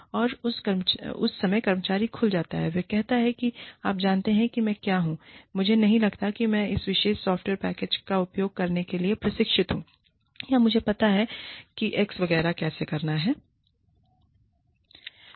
और उस समय कर्मचारी खुल जाता है और कहता है कि आप जानते हैं कि मैं क्या हूं मुझे नहीं लगता कि मैं इस विशेष सॉफ्टवेयर पैकेज का उपयोग करने के लिए प्रशिक्षित हूं या मुझे पता है कि X वगैरह कैसे करना है